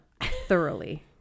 thoroughly